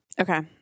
Okay